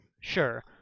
Sure